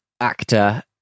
actor